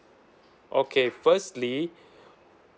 okay firstly